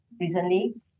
recently